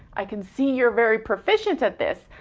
i can see you're very proficient at this.